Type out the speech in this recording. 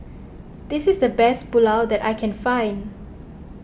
this is the best Pulao that I can find